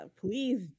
please